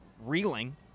reeling